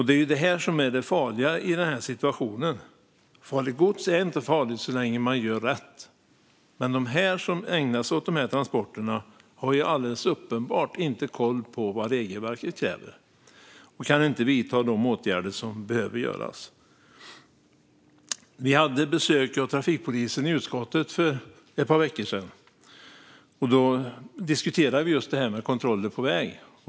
Det är det här som är det farliga i situationen. Farligt gods är inte farligt så länge man gör rätt. Men de som ägnar sig åt just dessa transporter har alldeles uppenbart inte koll på vad regelverket kräver och kan inte vidta de åtgärder som behövs. Vi hade besök av trafikpolisen i utskottet för ett par veckor sedan. Vi diskuterade kontroller på väg.